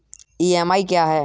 EMI क्या है?